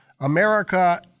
America